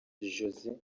josée